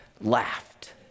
laughed